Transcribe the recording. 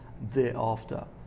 thereafter